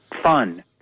fun